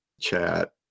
chat